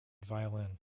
violin